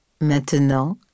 maintenant